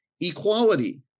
equality